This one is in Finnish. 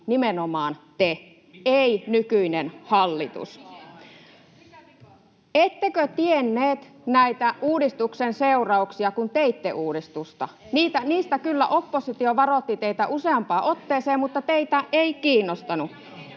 miten? — Anne Kalmari: Mikä vika?] Ettekö tienneet näitä uudistuksen seurauksia, kun teitte uudistusta? Niistä kyllä oppositio varoitti teitä useampaan otteeseen, mutta teitä ei kiinnostanut.